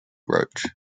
roach